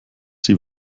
sie